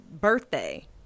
birthday